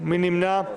אין נמנעים,